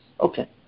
Okay